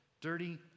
Dirty